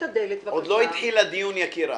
אז אנחנו כרגע במשרד המשפטים מבצעים מהלך כולל,